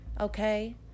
Okay